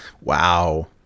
Wow